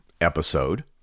episode